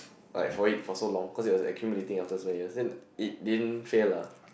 like for it for so long cause it was accumulating after so many years then it didn't fail lah